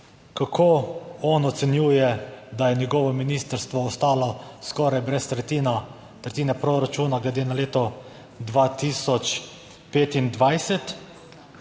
kako on ocenjuje, da je njegovo ministrstvo ostalo skoraj brez tretjine, tretjina proračuna glede na leto 2025.